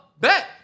Bet